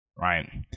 Right